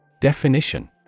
Definition